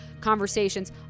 conversations